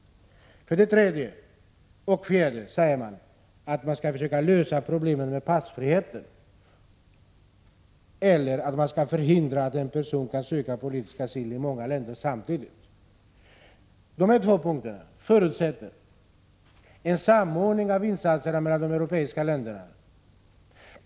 För det tredje säger man att man skall försöka lösa problemen med passfriheten, och för det fjärde att man skall förhindra att en person kan söka politisk asyl i många länder samtidigt. Dessa två punkter förutsätter en samordning av insatserna mellan de europeiska länderna.